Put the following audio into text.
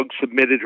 submitted